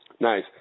Nice